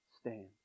stand